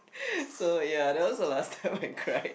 so ya that was the last time I cried